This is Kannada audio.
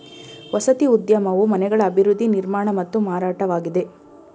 ವಸತಿ ಉದ್ಯಮವು ಮನೆಗಳ ಅಭಿವೃದ್ಧಿ ನಿರ್ಮಾಣ ಮತ್ತು ಮಾರಾಟವಾಗಿದೆ